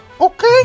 Okay